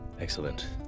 Excellent